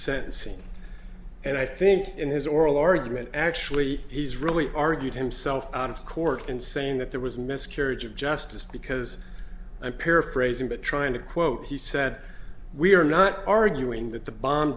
sentencing and i think in his oral argument actually he's really argued himself out of court in saying that there was a miscarriage of justice because i'm paraphrasing but trying to quote he said we are not arguing that the bomb